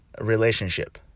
relationship